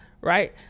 right